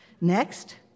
Next